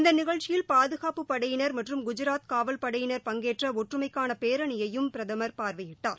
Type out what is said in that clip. இந்த நிகழ்ச்சியில் பாதுகாப்புப் படையினர் மற்றும் குஜாத் காவல் படையினர் பங்கேற்ற ஒற்றுமைக்கான பேரணியையும் பிரதமர் பார்வையிட்டார்